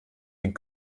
den